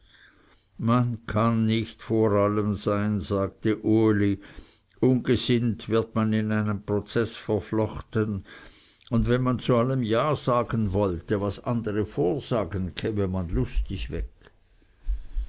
man kann nicht vor allem sein sagte uli ungesinnt wird man in einen prozeß verflochten und wenn man zu allem ja sagen wollte was andere vor sagen käme man lustig weg